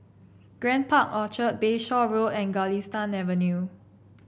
Grand Park Orchard Bayshore Road and Galistan Avenue